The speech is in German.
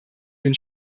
den